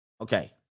Okay